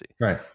Right